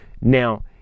Now